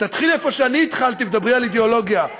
תתחילי איפה שאני התחלתי ותדברי על אידיאולוגיה.